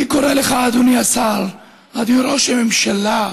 אני קורא לך, אדוני ראש הממשלה,